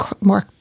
more